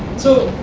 so